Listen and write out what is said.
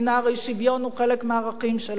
הרי שוויון הוא חלק מהערכים שלנו.